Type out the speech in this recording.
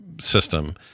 system